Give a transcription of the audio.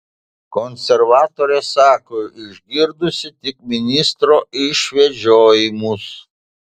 konservatorė sako išgirdusi tik ministro išvedžiojimus